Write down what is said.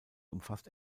umfasst